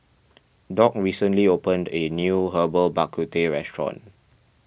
Doc recently opened a new Herbal Bak Ku Teh restaurant